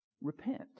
repent